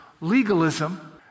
legalism